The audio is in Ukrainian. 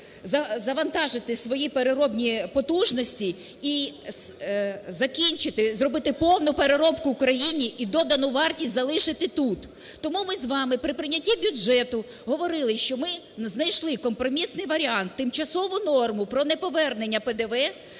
завантажити свої переробні потужності і закінчити, зробити повну переробку в країні, і додану вартість залишити тут. Тому ми з вами при прийнятті бюджету говорили, що ми знайшли компромісний варіант, тимчасову норму про неповернення ПДВ,